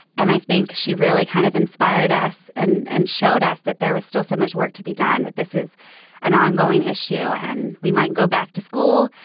and i think she really kind of inspired us and and showed us that there was still so much work to be done that this is an ongoing issue and we might go back to school,